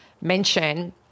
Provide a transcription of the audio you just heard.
mention